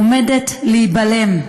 עומדת להיבלם.